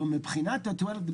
אבל מבחינת התועלת,